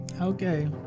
Okay